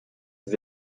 ses